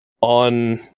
on